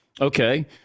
Okay